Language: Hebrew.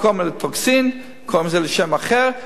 במקום "אלטרוקסין" קוראים לזה בשם אחר,